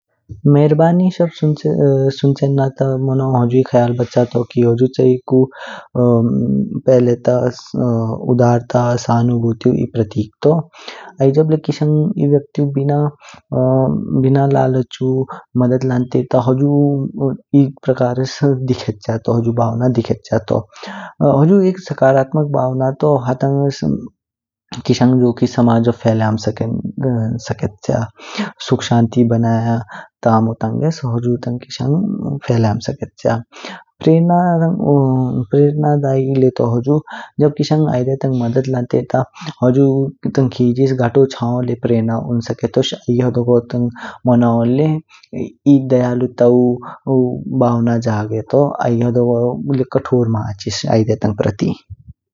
मेहरबानी शब्द सुनचेनना त मोनाओ हुजुई ख्याल बचाया तो की हुजू चीकू पहले त उदारता शनुबूति ई प्रतिक तू। आई जब ले कीशंग बिना लालचु मध्य लांते त हुजू भावना दिखेच्य तो। हुजू इध सकारात्मक भावना तो हटंग समाजो फह्ल्यमो स्केच्य, सुख शांति तंगेस फह्ल्यमो स्केच्य। प्रेरणादायी ले तो हुजू, जब कीशंग आइदे तंग मध्य लांते त हुजू तंग केजीश गातो चानिओ ले प्रेरणा उन्न स्केटोश या डोगोतंग मोनाओ ले एध ध्यानलुताव भावना जगेटो आई होडगो ले कठोर महाचिश आइदे तंग प्रति।